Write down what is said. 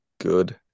good